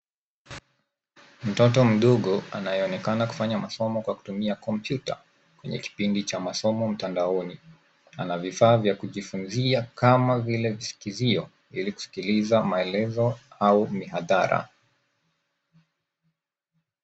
Mtoto mdogo anayeonekana kufanya masomo kwa kutumia kompyuta kwenye kipindi cha masomo mtandaoni . Ana vifaa vya kujifunzia kama vile visikizio ili kusikiliza maelezo au mihadhara.